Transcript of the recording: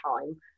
time